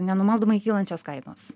nenumaldomai kylančios kainos